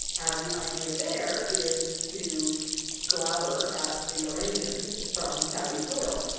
and the idea there is to glower at the iranians from saudi soil.